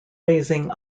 raising